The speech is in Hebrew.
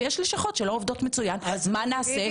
ויש לשכות שלא עובדות מצוין מה נעשה?